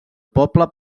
poble